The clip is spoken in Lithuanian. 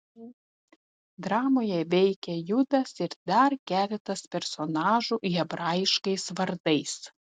dramoje veikia judas ir dar keletas personažų hebraiškais vardais